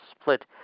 split